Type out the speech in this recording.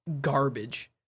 garbage